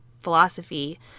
philosophy